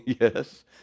yes